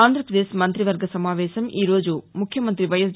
ఆంధ్రప్రదేశ్ మంత్రి వర్గ సమావేశం ఈరోజు ముఖ్యమంత్రి వైఎస్